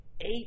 eight